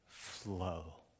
Flow